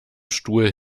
stuhl